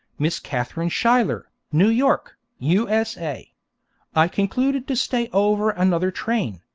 miss katharine schuyler, new york, u s a i concluded to stay over another train,